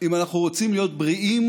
אם אנחנו רוצים להיות בריאים